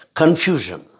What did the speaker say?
confusion